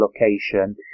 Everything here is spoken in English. location